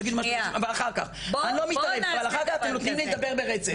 אבל אחר כך אתם נותנים לי לדבר ברצף,